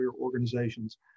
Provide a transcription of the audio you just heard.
Organizations